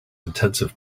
intensive